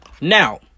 Now